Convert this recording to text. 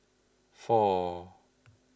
four